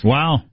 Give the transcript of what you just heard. Wow